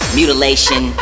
mutilation